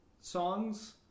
songs